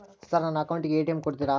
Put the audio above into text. Sir ನನ್ನ account ಗೆ ATM ಕೊಡುತ್ತೇರಾ?